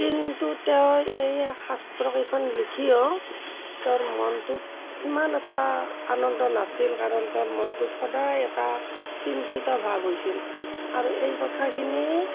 কিন্তু তেওঁ এই শাস্ত্ৰ কেইখন লিখিও তেওঁৰ মনটোত সিমান এটা আনন্দ নাছিল কাৰণ তেওঁৰ মনটোত সদায় এটা চিন্তিত ভাৱ হৈছিল আৰু এই কথাখিনি